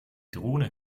drohne